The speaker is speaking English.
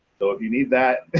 so if you need that